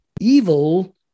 evil